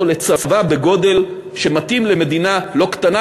לצבא בגודל שמתאים למדינה לא קטנה,